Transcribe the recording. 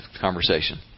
conversation